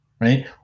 Right